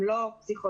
הם לא פסיכולוגים,